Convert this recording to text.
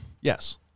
Yes